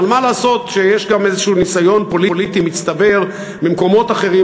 אבל מה לעשות שיש גם איזשהו ניסיון פוליטי מצטבר במקומות אחרים,